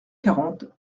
quarante